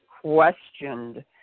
questioned